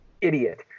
idiot